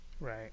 Right